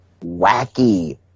wacky